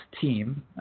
team